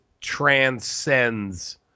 transcends